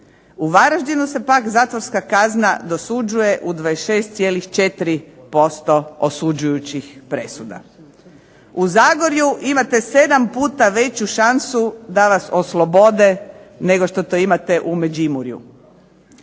U Varaždinu se pak zatvorska kazna dosuđuje u 26,4% osuđujućih presuda. U Zagorju imate 7 puta veću šansu da vas oslobode, nego što to imate u Međimurju.